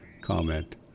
comment